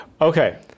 Okay